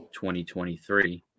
2023